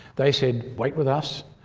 they said, wait with us,